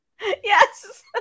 Yes